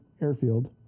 airfield